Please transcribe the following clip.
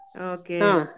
Okay